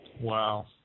Wow